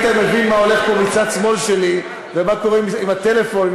אם היית מבין מה הולך פה מצד שמאל שלי ומה קורה עם הטלפון,